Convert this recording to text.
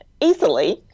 easily